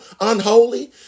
unholy